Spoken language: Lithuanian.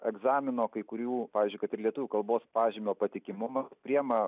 egzamino kai kurių pavyzdžiui kad ir lietuvių kalbos pažymio patikimumą priima